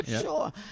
Sure